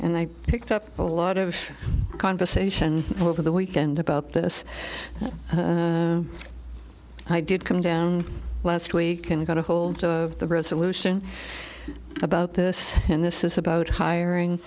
and i picked up a lot of conversation over the weekend about this i did come down last week and got a hold of the resolution about this and this is about hiring